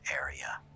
area